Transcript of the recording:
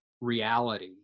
reality